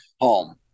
home